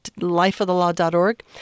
lifeofthelaw.org